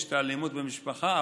יש אלימות במשפחה,